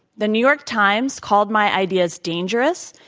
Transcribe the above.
the new york times called my ideas dangerous.